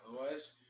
Otherwise